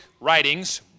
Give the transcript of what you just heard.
writings